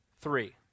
three